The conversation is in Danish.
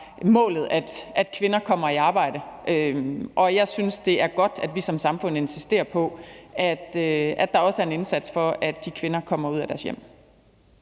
målet, at kvinder kommer i arbejde, og jeg synes, det er godt, at vi som samfund insisterer på, at der også er en indsats for, at de kvinder kommer ud af deres hjem.